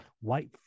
white